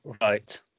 Right